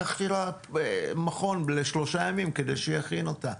לקחתי לה מכון לשלושה ימים כדי שיכין אותה.